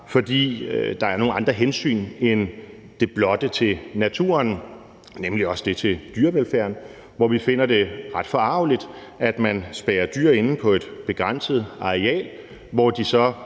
fordi der er nogle andre hensyn end det blotte til naturen, nemlig også det til dyrevelfærden, og vi finder det ret forargeligt, at man spærrer dyr inde på et begrænset areal, hvor de så,